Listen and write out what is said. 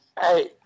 hey